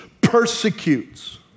persecutes